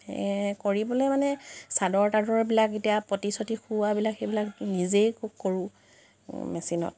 এ কৰিবলৈ মানে চাদৰ তাদৰবিলাক এতিয়া পতি চতি খোৱাবিলাক সেইবিলাক নিজেই কৰোঁ মেচিনত